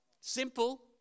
Simple